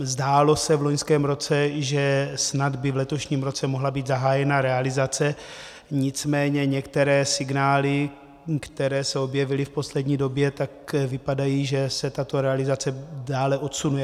Zdálo se v loňském roce, že snad by v letošním roce mohla být zahájena realizace, nicméně některé signály, které se objevily v poslední době, vypadají, že se tato realizace dále odsunuje.